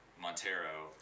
Montero